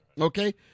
Okay